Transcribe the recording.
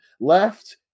left